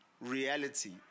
reality